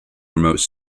promotes